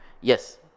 Yes